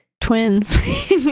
twins